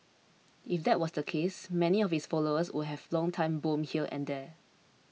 if that was the case many of his followers would have long time bomb here and there